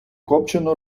копчену